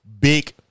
big